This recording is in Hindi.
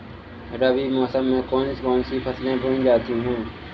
रबी मौसम में कौन कौन सी फसलें बोई जाती हैं?